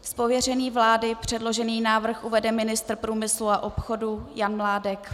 Z pověření vlády předložený návrh uvede ministr průmyslu a obchodu Jan Mládek.